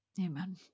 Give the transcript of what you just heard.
amen